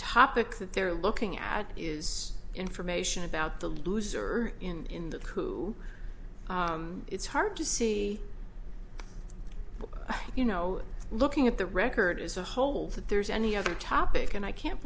topic that they're looking at is information about the loser in the coup it's hard to see you know looking at the record as a whole that there's any other topic and i can't